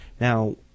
now